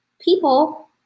people